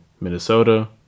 Minnesota